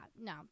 no